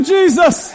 Jesus